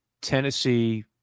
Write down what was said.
Tennessee